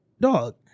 dog